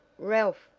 ralph!